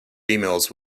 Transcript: emails